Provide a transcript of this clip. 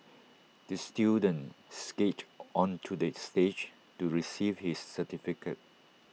the student skated onto the stage to receive his certificate